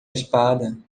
espada